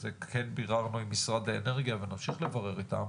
וזה כן ביררנו עם משרד האנרגיה ונמשיך לברר איתם.